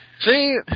See